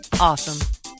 awesome